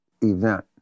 event